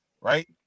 right